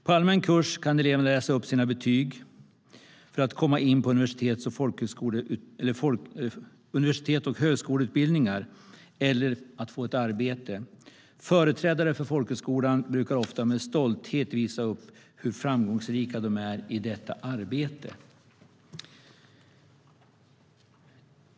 På allmän kurs kan eleven läsa upp sina betyg för att komma in på universitets och högskoleutbildningar eller få ett arbete. Företrädare för folkhögskolan brukar ofta med stolthet visa upp hur framgångsrika de är i detta arbete.